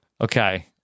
Okay